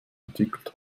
entwickelt